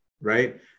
right